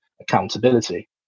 accountability